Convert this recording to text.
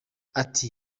ati